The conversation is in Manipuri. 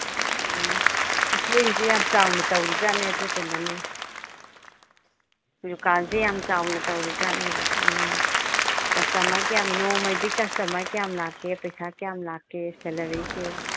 ꯎꯝ ꯏꯆꯦꯒꯤꯁꯦ ꯌꯥꯝ ꯆꯥꯎꯅ ꯇꯧꯔꯤꯖꯥꯠꯅꯤ ꯑꯗꯨꯗꯨꯅꯅꯤ ꯗꯨꯀꯥꯟꯁꯦ ꯌꯥꯝ ꯆꯥꯎꯅ ꯇꯧꯔꯤꯖꯥꯠꯅꯦꯅꯕ ꯎꯝ ꯀꯁꯇꯃꯔ ꯀꯌꯥꯝ ꯅꯣꯡꯃꯒꯤ ꯀꯁꯇꯃꯔ ꯀꯌꯥꯝ ꯂꯥꯛꯀꯦ ꯄꯩꯁꯥ ꯀꯌꯥꯝ ꯂꯥꯛꯀꯦ ꯁꯦꯂꯔꯤꯁꯦ